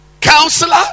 Counselor